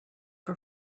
for